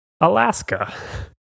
Alaska